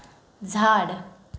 झाड